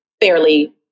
fairly